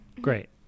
Great